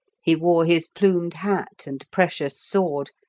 he wore his plumed hat and precious sword,